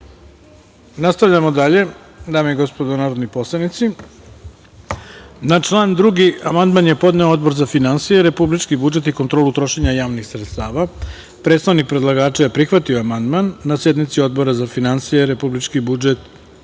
Nastavljamo sa radom, narodni poslanici. Na član 2. amandman je podneo Odbor za finansije, republički budžet i kontrolu trošenja javnih sredstava. Predstavnik predlagača je prihvatio amandman na sednici Odbora za finansije, republički budžet